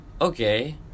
Okay